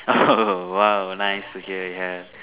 !oho! !wow! nice to hear ya